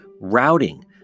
routing